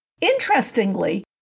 Interestingly